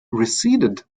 receded